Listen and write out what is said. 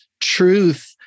truth